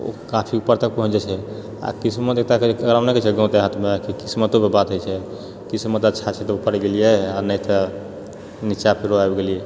ओ काफी ऊपर तक पहुँच जाइत छै आ किस्मत एतऽ कहै नइ छै गाउँ देहातमे किस्मतो कऽ बात होइ छै किस्मत अच्छा छै तऽ ऊपर गेलियै आ नइ तऽ निचाँ फेरो आबि गेलियै